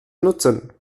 nutzen